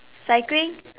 cycling